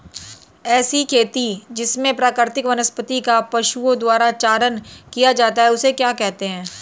ऐसी खेती जिसमें प्राकृतिक वनस्पति का पशुओं द्वारा चारण किया जाता है उसे क्या कहते हैं?